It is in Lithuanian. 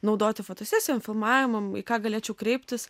naudoti fotosesijom filmavimam į ką galėčiau kreiptis